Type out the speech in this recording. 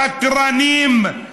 ותרנים.